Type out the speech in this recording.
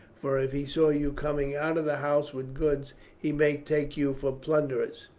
for if he saw you coming out of the house with goods he might take you for plunderers.